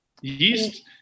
yeast